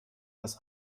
dass